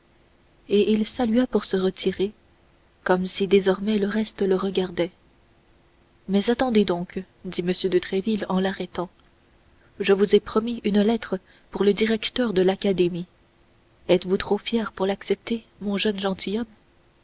et il salua pour se retirer comme si désormais le reste le regardait mais attendez donc dit m de tréville en l'arrêtant je vous ai promis une lettre pour le directeur de l'académie êtes-vous trop fier pour l'accepter mon jeune gentilhomme